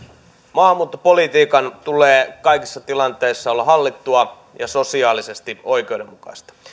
maahanmuuttopolitiikan tulee kaikissa tilanteissa olla hallittua ja sosiaalisesti oikeudenmukaista